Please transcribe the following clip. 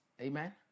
Amen